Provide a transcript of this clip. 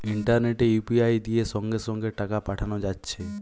ইন্টারনেটে ইউ.পি.আই দিয়ে সঙ্গে সঙ্গে টাকা পাঠানা যাচ্ছে